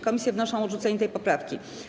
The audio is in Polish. Komisje wnoszą o odrzucenie tej poprawki.